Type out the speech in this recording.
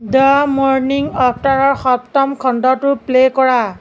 the morning আফ্টাৰৰ সপ্তম খণ্ডটো প্লে' কৰা